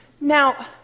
Now